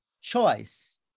choice